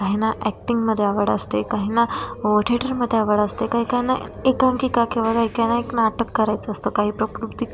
काहींना ॲक्टिंगमध्ये आवड असते काहींना ठेटरमध्ये आवड असते काहीकाहींना एकांकिका किंवा काहीकाहींना एक नाटक करायचं असतं काही प्रकृती